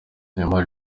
neymar